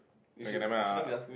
okay never mind I'll